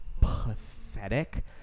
pathetic